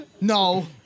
No